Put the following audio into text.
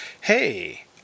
Hey